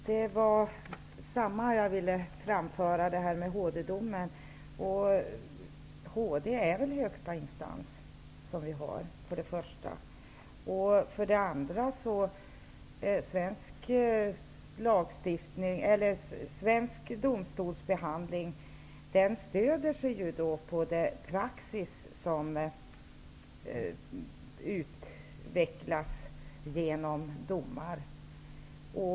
Herr talman! Jag vill framföra samma fråga när det gäller HD-domen. För det första är väl HD högsta instans? För det andra stödjer sig svensk domstolsbehandling på den praxis som utvecklas genom domar.